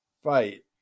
fight